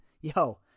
Yo